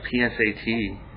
PSAT